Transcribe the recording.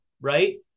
right